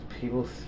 people